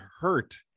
hurt